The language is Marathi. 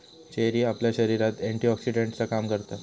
चेरी आपल्या शरीरात एंटीऑक्सीडेंटचा काम करता